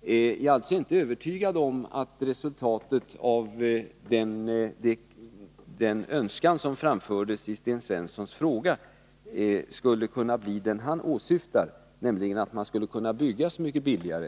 Jag är alltså inte övertygad om att ett uppfyllande av den önskan som framfördes i Sten Svenssons fråga skulle resultera i det som han åsyftar, nämligen att man skall kunna bygga så mycket billigare.